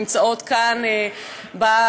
שנמצאות כאן ביציע,